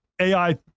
AI